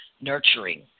nurturing